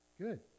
Good